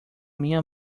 minha